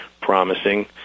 promising